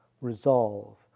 resolve